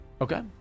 Okay